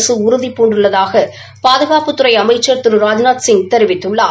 அரசு உறுதிபூண்டுள்ளதாக பாதுகாப்புத்துறை அமைச்சர் திரு ராஜ்நாத்சிங் தெரிவித்துள்ளார்